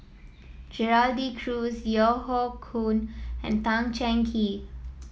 Gerald De Cruz Yeo Hoe Koon and Tan Cheng Kee